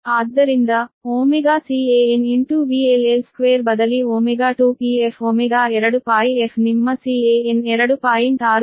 ಆದ್ದರಿಂದ CanVLL2 ಬದಲಿ ω2πf ನಿಮ್ಮ ಕ್ಯಾನ್ 2